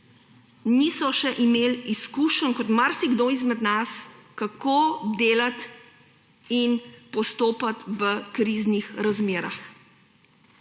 niso imeli izkušenj, tako kot marsikdo izmed nas, kako delati in postopati v kriznih razmerah.